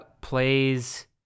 plays